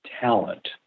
talent